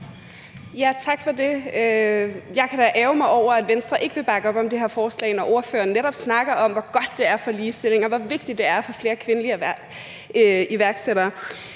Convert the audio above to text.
Tak for det. Jeg kan da ærgre mig over, at Venstre ikke vil bakke op om det her forslag, når ordføreren netop snakker om, hvor godt det er for ligestillingen, og hvor vigtigt det er at få flere kvindelige iværksættere.